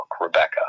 Rebecca